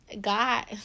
God